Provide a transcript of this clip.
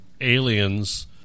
aliens